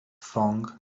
fong